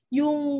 yung